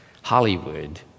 Hollywood